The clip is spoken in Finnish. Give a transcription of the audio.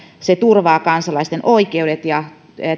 turvaa kansalaisten oikeudet ja